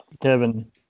Kevin